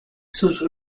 sus